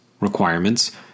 Requirements